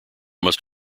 must